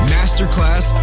Masterclass